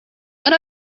when